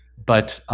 but.